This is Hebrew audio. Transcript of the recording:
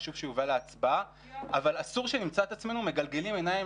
חשוב שהוא יובא להצבעה אבל אסור שנמצא את עצמנו מגלגלים עיניים